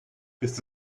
ist